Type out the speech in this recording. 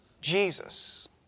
Jesus